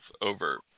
over